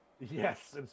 Yes